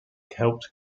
helped